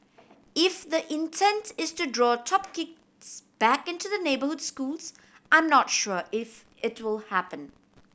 if the intent is to draw top kids back into the neighbour schools I'm not sure if it will happen